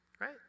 right